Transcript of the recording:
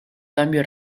cambio